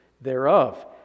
thereof